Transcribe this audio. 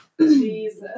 Jesus